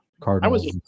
Cardinals